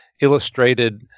illustrated